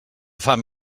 fam